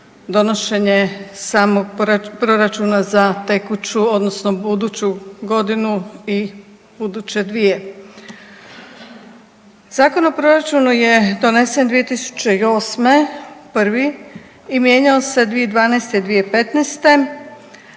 donošenje samog proračuna za tekuću odnosno buduću godinu i buduće dvije. Zakon o proračunu je donesen 2008. prvi i mijenjao se 2012. i 2015.